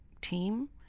team